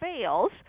fails